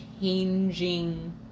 changing